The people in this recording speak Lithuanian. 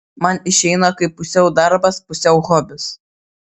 man išeina kaip pusiau darbas pusiau hobis